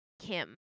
Kim